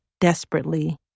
desperately